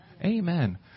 Amen